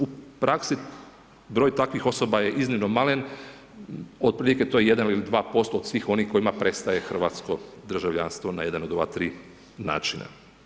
U praksi broj takvih osoba je iznimno malen, otprilike to je 1 ili 2% od svih onih kojima prestaje hrvatsko državljanstvo na jedan od ova ti načina.